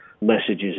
messages